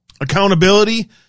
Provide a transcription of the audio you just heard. Accountability